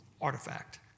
Artifact